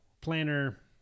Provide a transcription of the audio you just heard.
Planner